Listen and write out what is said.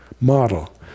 model